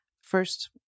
first